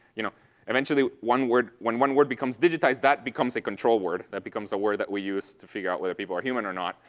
you know eventually one word when one word becomes digitized, that becomes a control word. that becomes a word that we use to figure out whether people are human or not.